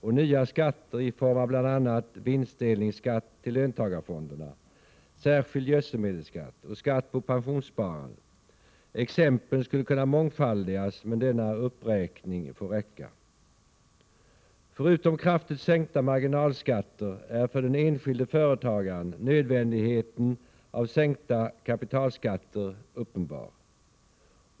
och skatt på pensionssparande — exemplen skulle kunna mångfaldigas, men denna uppräkning får räcka. Förutom behovet av kraftigt sänkta marginalskatter är för den enskilde företagaren nödvändigheten av sänkta kapitalskatter uppenbar.